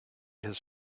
his